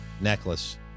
necklace